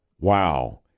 Wow